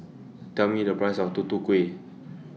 Tell Me The Price of Tutu Kueh